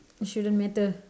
it shouldn't matter